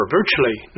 virtually